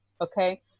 Okay